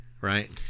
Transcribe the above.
right